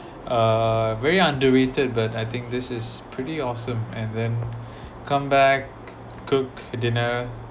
uh very underrated but I think this is pretty awesome and then come back cook dinner